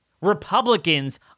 Republicans